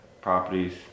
properties